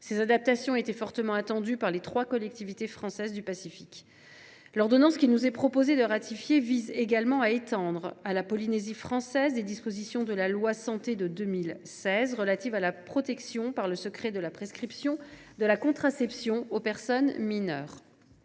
Ces adaptations étaient fortement attendues par les trois collectivités françaises du Pacifique. L’ordonnance qu’il nous est proposé de ratifier vise également à étendre à la Polynésie française des dispositions de la loi du 26 janvier 2016 de modernisation de notre système de santé, relatives à la protection par le secret de la prescription de la contraception aux personnes mineures.